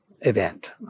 event